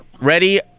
Ready